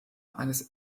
eines